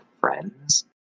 friends